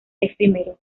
efímero